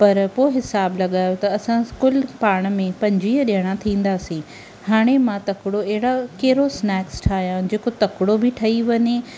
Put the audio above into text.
पर पोइ हिसाबु लॻायो त असां कुलु पाण में पंजवीह ॼणा थींदासीं हाणे मां तकिड़ो अहिड़ा कहिड़ो स्नैक्स ठाहिया जेको तकिड़ो बि ठही वञे